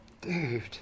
Dude